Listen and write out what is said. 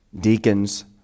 deacons